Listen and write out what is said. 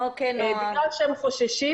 בגלל שהם חוששים.